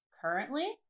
currently